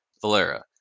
Valera